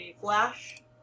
flash